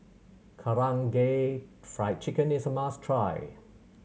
Karaage Fried Chicken is a must try